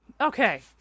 Okay